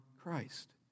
Christ